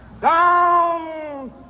down